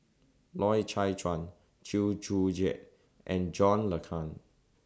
Loy Chye Chuan Chew Joo Chiat and John Le Cain